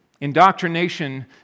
Indoctrination